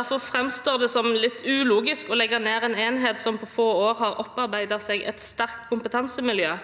Derfor framstår det som litt ulogisk å legge ned en enhet som på få år har opparbeidet seg et sterkt kompetansemiljø,